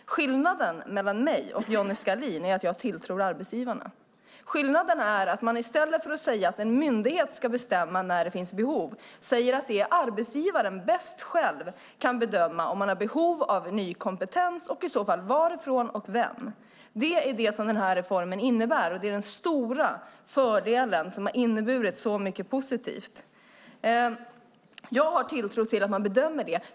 Skillnaden mellan mig och Johnny Skalin är att jag tilltror arbetsgivarna förmågan att bedöma. I stället för att säga att en myndighet ska bestämma när det finns behov säger vi att det är arbetsgivarna själva som bäst kan bedöma om de har behov av ny kompetens och i så fall varifrån och vem. Det är vad denna reform innebär, och det är en stor fördel som medfört mycket positivt. Jag har tilltro till att man kan bedöma det.